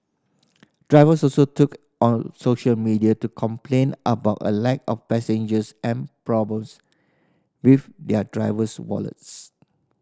drivers also took on social media to complain about a lack of passengers and problems with their driver's wallets